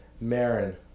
Marin